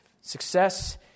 Success